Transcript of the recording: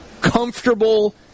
comfortable